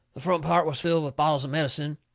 the front part was filled with bottles of medicine.